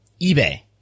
eBay